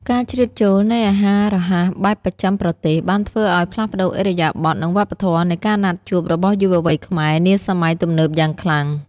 ការជ្រៀតចូលនៃអាហាររហ័សបែបបស្ចិមប្រទេស បានធ្វើឱ្យផ្លាស់ប្ដូរឥរិយាបថ និងវប្បធម៌នៃការណាត់ជួបរបស់យុវវ័យខ្មែរនាសម័យទំនើបយ៉ាងខ្លាំង។